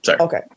Okay